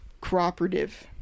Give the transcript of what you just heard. cooperative